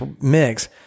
mix